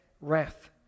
wrath